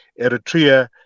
Eritrea